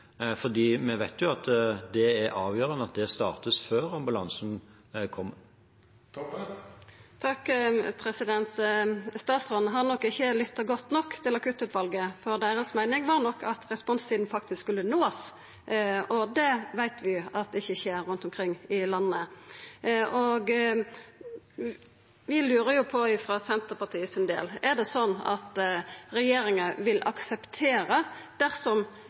at det er avgjørende at det startes før ambulansen kommer. Statsråden har nok ikkje lytta godt nok til akuttutvalet, for deira meining var nok at responstida faktisk skulle nåast. Det veit vi at ikkje skjer rundt omkring i landet. For Senterpartiets del lurar vi på: Er det slik at regjeringa vil akseptera det dersom